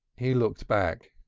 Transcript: he looked back.